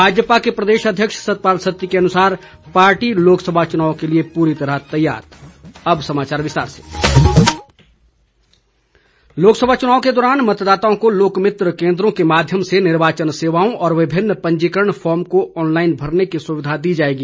भाजपा के प्रदेश अध्यक्ष सतपाल सत्ती के अनुसार पार्टी लोकसभा चुनाव के लिए पूरी तरह तैयार देवेश क्मार लोकसभा चुनाव के दौरान मतदाताओं को लोक मित्र केन्द्रों के माध्यम से निर्वाचन सेवाओं तथा विभिन्न पंजीकरण फार्म को ऑनलाईन भरने की सुविधा दी जाएगी